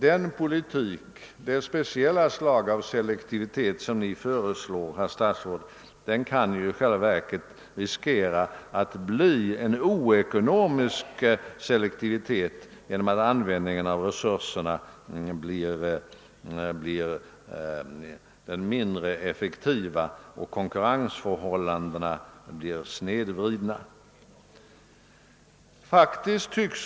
Den politik och det speciella slag av selektivitet som Ni föreslår, herr statsråd, kan i själva verket bli en oekonomisk selektivitet därigenom att användningen av resurserna blir mindre effektiv och konkurrensförhållandena snedvridna.